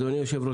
אדוני היושב-ראש,